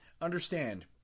understand